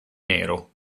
nero